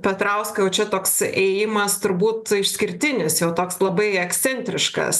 petrausko jau čia toks ėjimas turbūt išskirtinis jau toks labai ekscentriškas